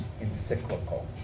encyclical